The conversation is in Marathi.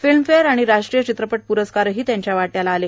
फिल्म फेअर आणि राष्ट्रीय चित्रपट प्रस्कार त्यांच्या वाट्याला आले